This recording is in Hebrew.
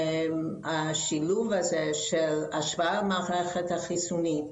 בשילוב הזה של ההשפעה על המערכת החיסונית,